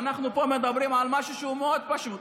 אנחנו מדברים פה על משהו שהוא מאוד פשוט,